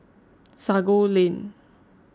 Sago Lane